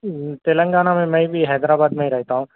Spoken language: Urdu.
تلنگانہ میں میں بھی حیدر آباد میں رہتا ہوں